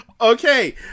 Okay